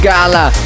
Gala